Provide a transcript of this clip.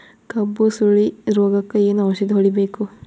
ಕಬ್ಬು ಸುರಳೀರೋಗಕ ಏನು ಔಷಧಿ ಹೋಡಿಬೇಕು?